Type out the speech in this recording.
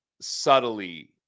subtly